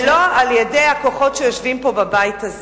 ולא על-ידי הכוחות שיושבים פה בבית הזה.